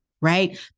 right